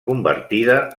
convertida